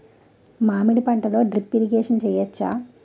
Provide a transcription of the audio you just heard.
మామిడి పంటలో drip irrigation చేయచ్చా?